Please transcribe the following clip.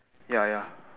ya ya